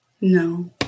No